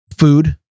Food